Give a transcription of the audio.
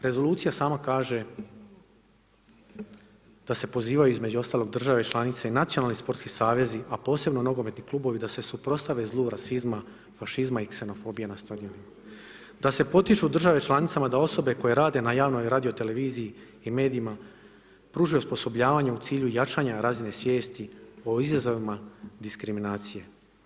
Rezolucija sama kaže da se pozivaju između ostalog države članice i nacionalni sportski savezi, a posebno nogometni klubovi da se suprotstave zlu rasizma, fašizma i ksenofobije na stadionima, da se potiču države članice da osobe koje rade na javnoj radioteleviziji i medijima pružaju osposobljavanje u cilju jačanja razine svijesti o izazovima diskriminacije.